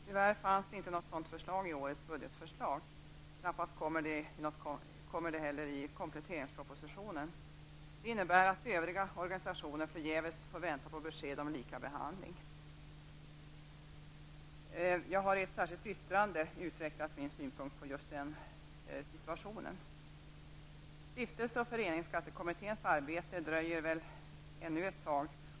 Tyvärr fanns det inte något sådant förslag i årets budgetförslag; det kommer knappast något i kompletteringspropositionen heller. Det innebär att övriga organisationer förgäves får vänta på besked om likabehandling. Jag har i ett särskilt yttrande utvecklat mina synpunkter på just den situationen. Stiftelse och föreningsskattekommitténs arbete tar väl ännu en tid.